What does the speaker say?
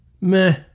meh